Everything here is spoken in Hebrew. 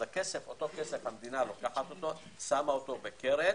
הכסף, המדינה לוקחת אותו, שמה אותו בקרן